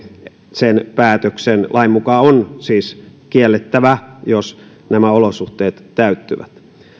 sen päätöksen lain mukaan on siis kiellettävä jos nämä olosuhteet täyttyvät